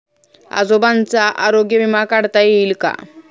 आजोबांचा आरोग्य विमा काढता येईल का?